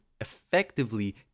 effectively